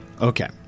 Okay